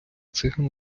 циган